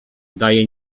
daje